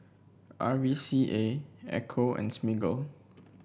R V C A Ecco and Smiggle